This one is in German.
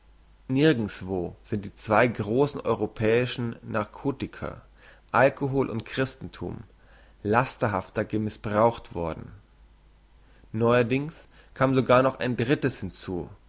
nirgendswo sind die zwei grossen europäischen narcotica alkohol und christenthum lasterhafter gemissbraucht worden neuerdings kam sogar noch ein drittes hinzu